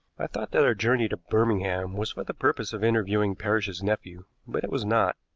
i thought that our journey to birmingham was for the purpose of interviewing parrish's nephew, but it was not.